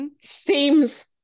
seems